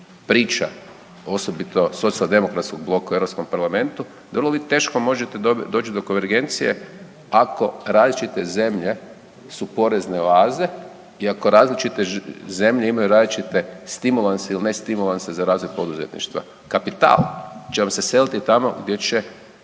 priča, osobito socijaldemokratskog bloka u Europskom parlamentu, da vi vrlo teško možete doći do konvergencije ako različite zemlje su porezne oaze i ako različite zemlje imaju različite stimulanse ili ne stimulanse za razvoj poduzetništva. Kapital će vam se seliti tamo gdje će